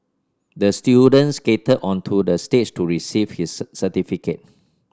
the student skated onto the stage to receive his certificate